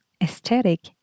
aesthetic